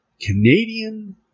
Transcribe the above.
Canadian